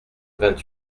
vingt